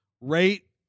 rate